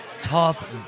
tough